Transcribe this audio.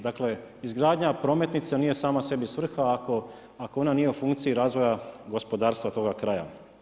Dakle izgradnja prometnice nije sama sebi svrha ako ona nije u funkciji razvoja gospodarstva toga kraja.